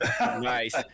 Nice